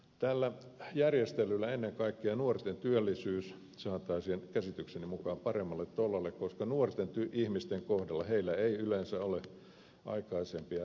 tällä järjestelyllä ennen kaikkea nuorten työllisyys saataisiin käsitykseni mukaan paremmalle tolalle koska nuorten ihmisten kohdalla heillä ei yleensä ole aikaisempia referenssejä